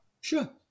Sure